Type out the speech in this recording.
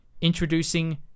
introducing